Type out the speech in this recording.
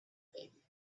baby